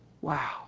Wow